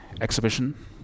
Exhibition